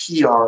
PR